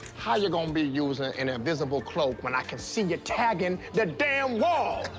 how you gon' be using an invisible cloak, when i can see you're tagging the damn wall?